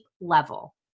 level